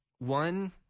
One